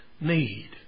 need